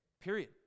Period